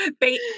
bait